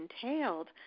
entailed